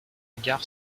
gare